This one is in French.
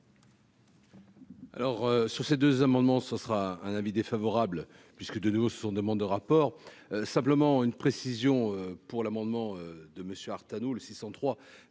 Alors sur ces deux amendements, ça sera un avis défavorable puisque de nouveaux sur demande de rapport, simplement une précision pour l'amendement de Monsieur ah. éthanol 603